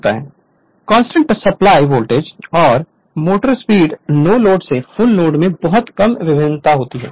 Refer Slide Time 4010 constant apply voltage और motor speed no load से full load में बहुत कम भिन्नता होती है